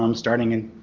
um starting in